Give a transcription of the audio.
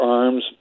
arms